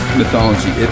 mythology